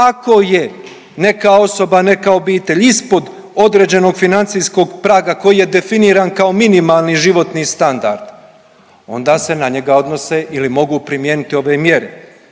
ako je neka osoba, neka obitelj ispod određenog financijskog praga koji je definiran kao minimalni životni standard onda se na njega odnose ili mogu primijeniti ove mjere,